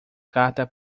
carta